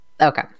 Okay